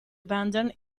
abandoned